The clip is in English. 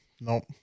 Nope